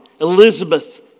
Elizabeth